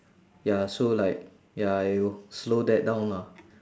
ya so like ya it will slow that down lah